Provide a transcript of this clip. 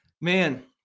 Man